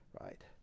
Right